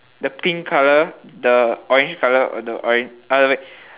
the pink colour the orange colour or the oran~ uh like